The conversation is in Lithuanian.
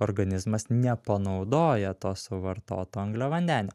organizmas nepanaudoja to suvartoto angliavandenio